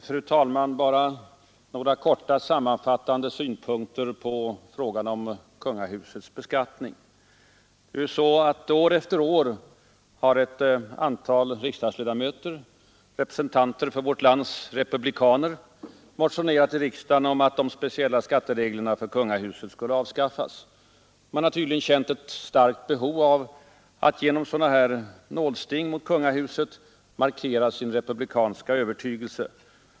Fru talman! Bara några korta sammanfattande synpunkter på frågan om kungahusets beskattning. År efter år har ett antal riksdagsledamöter, representanter för vårt lands republikaner, motionerat i riksdagen om att de speciella skattereglerna för kungahuset skall avskaffas. De har tydligen känt ett starkt behov av att genom sådana nålsting mot kungahuset markera sin republikanska övertygelse.